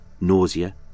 nausea